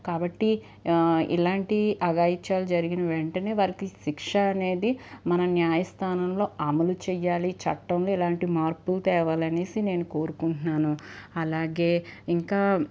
కాబట్టి ఇలాంటి అఘాయిత్యాలు జరిగిన వెంటనే వారికి శిక్ష అనేది మనం న్యాయస్థానంలో అమలు చేయాలి చట్టంలో ఇలాంటి మార్పులు తేవాలనేసి నేను కోరుకుంటున్నాను అలాగే ఇంకా